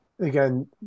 Again